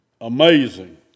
amazing